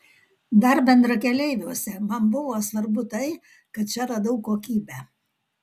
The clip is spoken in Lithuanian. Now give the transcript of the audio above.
dar bendrakeleiviuose man buvo svarbu tai kad čia radau kokybę